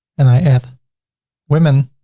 and i add women